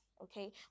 Okay